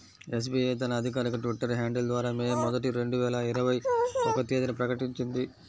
SBI తన అధికారిక Twitter handle ద్వారా మే మొదటి, రెండు వేల ఇరవై ఒక్క తేదీన ప్రకటించింది